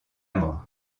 mort